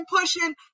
pushing